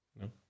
No